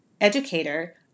educator